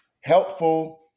helpful